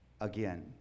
again